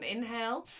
Inhale